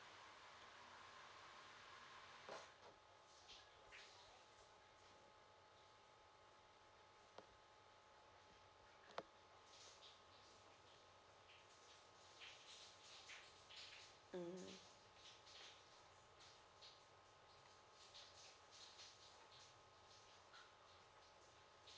mm